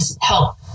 help